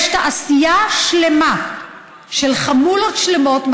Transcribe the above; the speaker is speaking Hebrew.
יש תעשייה שלמה של חמולות שלמות.